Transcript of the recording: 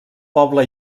poble